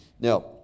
Now